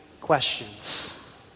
questions